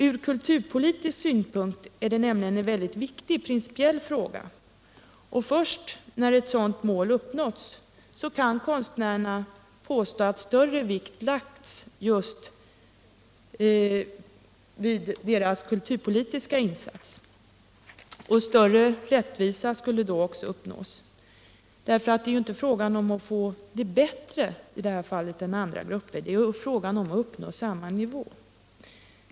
Från kulturpolitisk synpunkt är det en viktig principiell fråga, och först när ett sådant mål uppnåtts kan konstnärerna påstå att större vikt lagts just vid deras kulturpolitiska insats. Större rättvisa skulle då också uppnås. Det är ju inte fråga om att få det bärrre i det här fallet än andra grupper — det är fråga om att uppnå samma nivå.